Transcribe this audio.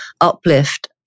uplift